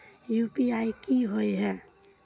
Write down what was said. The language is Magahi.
यु.पी.आई की होय है?